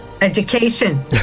Education